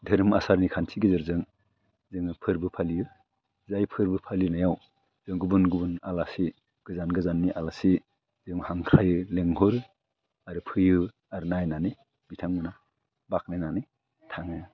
धोरोम आसारनि खान्थि गेजेरजों जोङो फोरबो फालियो जाय फोरबो फालिनायाव जों गुबुन गुबुन आलासि गोजान गोजाननि आलासि जों हांख्रायो लेंहरो आरो फैयो आरो नायनानै बिथांमोना बाखनायनानै थाङो